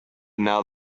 now